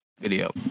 video